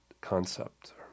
concept